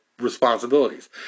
responsibilities